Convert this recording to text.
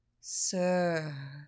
sir